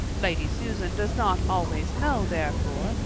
lady susan does not always know, therefore,